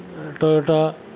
Toyota